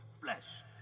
flesh